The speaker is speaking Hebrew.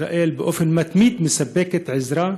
ישראל באופן מתמיד מספקת עזרה,